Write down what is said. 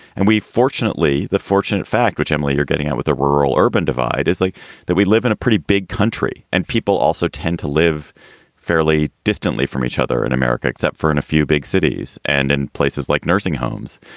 and we fortunately, the fortunate fact, which, emily, you're getting out with a rural urban divide is like that we live in a pretty big country and people also tend to live fairly distantly from each other in america, except for an a few big cities. and in places like nursing homes.